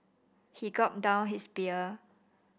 he gulped down his beer